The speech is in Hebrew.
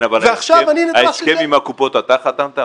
על ההסכם עם הקופות אתה חתמת?